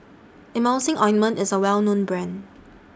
Emulsying Ointment IS A Well known Brand